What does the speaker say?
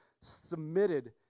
submitted